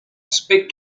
speak